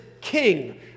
king